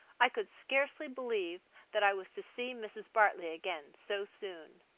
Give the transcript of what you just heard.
i could scarcely believe that i was to see mrs. bartley again so soon.